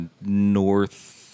North